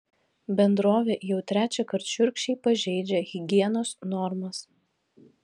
bendrovė jau trečiąkart šiurkščiai pažeidžia higienos normas